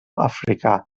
africà